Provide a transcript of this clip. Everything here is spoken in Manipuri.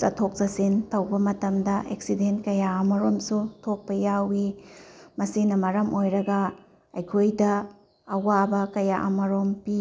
ꯆꯠꯊꯣꯛ ꯆꯠꯁꯤꯟ ꯇꯧꯕ ꯃꯇꯝꯗ ꯑꯦꯛꯁꯤꯗꯦꯟ ꯀꯌꯥ ꯑꯃꯔꯣꯝꯁꯨ ꯊꯣꯛꯄ ꯌꯥꯎꯏ ꯃꯁꯤꯅ ꯃꯔꯝ ꯑꯣꯏꯔꯒ ꯑꯩꯈꯣꯏꯗ ꯑꯋꯥꯕ ꯀꯌꯥ ꯑꯃꯔꯣꯝ ꯄꯤ